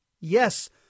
Yes